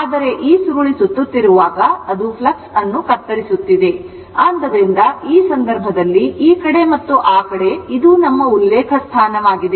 ಆದರೆ ಈ ಸುರುಳಿ ಸುತ್ತುತ್ತಿರುವಾಗ ಅದು ಫ್ಲಕ್ಸ್ ಅನ್ನು ಕತ್ತರಿಸುತ್ತಿದೆ ಆದ್ದರಿಂದ ಈ ಸಂದರ್ಭದಲ್ಲಿ ಆದ್ದರಿಂದ ಈ ಕಡೆ ಮತ್ತು ಆ ಕಡೆ ಇದು ನಮ್ಮ ಉಲ್ಲೇಖ ಸ್ಥಾನವಾಗಿದೆ